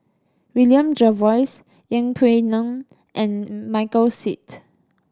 William Jervois Yeng Pway Ngon and Michael Seet